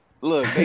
Look